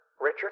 Richard